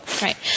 right